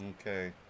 okay